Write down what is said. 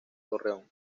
torreón